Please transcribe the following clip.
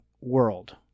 world